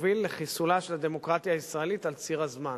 יוביל לחיסולה של הדמוקרטיה הישראלית על ציר הזמן.